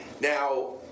Now